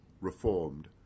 reformed